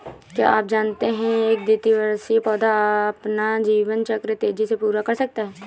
क्या आप जानते है एक द्विवार्षिक पौधा अपना जीवन चक्र तेजी से पूरा कर सकता है?